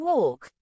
Walk